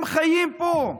הם חיים פה,